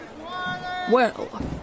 Well